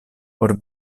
por